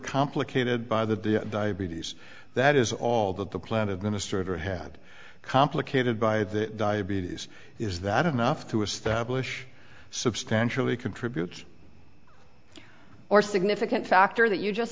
complicated by the diabetes that is all that the plan administrator had complicated by the diabetes is that enough to establish substantially contributes or significant factor that you just